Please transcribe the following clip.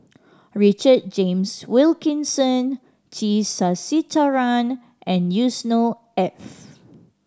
Richard James Wilkinson T Sasitharan and Yusnor Ef